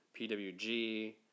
PWG